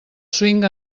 swing